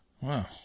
Wow